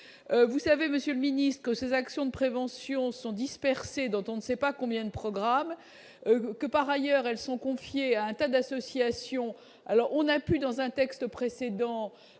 vous savez monsieur ménisque que ces actions de prévention sont dispersés, dont on ne sait pas combien de programmes que par ailleurs elles sont confiées à un tas d'associations, alors on a pu, dans un texte précédent